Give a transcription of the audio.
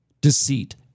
deceit